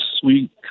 sweet